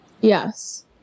Yes